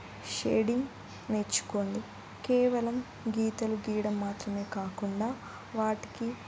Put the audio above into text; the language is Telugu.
షేడింగ్ నేర్చుకోండి కేవలం గీతలు గీయడం మాత్రమే కాకుండా వాటికి